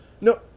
No